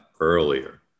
earlier